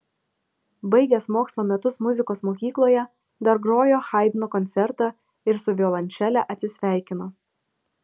baigęs mokslo metus muzikos mokykloje dar grojo haidno koncertą ir su violončele atsisveikino